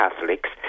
Catholics